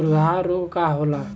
खुरहा रोग का होला?